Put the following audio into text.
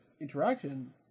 interaction